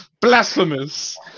Blasphemous